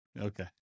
Okay